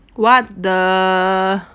what the